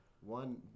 One